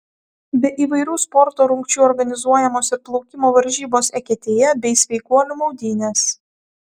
be įvairių sporto rungčių organizuojamos ir plaukimo varžybos eketėje bei sveikuolių maudynės